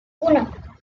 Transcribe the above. uno